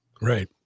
Right